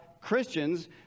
Christians